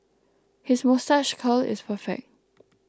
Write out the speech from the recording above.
his moustache curl is perfect